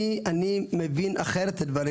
אני מבין אחרת את הדברים,